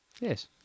Yes